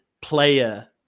player